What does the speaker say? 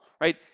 right